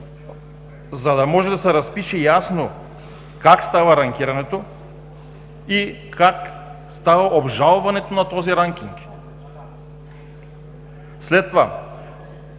за да може да се разпише ясно как става ранкирането и как става обжалването на този ранкинг. В така